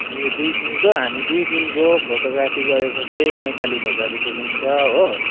ए दुई दिनको हामी दुई दिनको फोटोग्राफी गरेको चाहिँ पैँतालिस हजार रुपियाँ लिन्छ हो